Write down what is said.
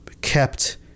kept